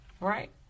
right